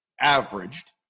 averaged